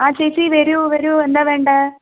ആ ചേച്ചി വരൂ വരൂ എന്താ വേണ്ടേ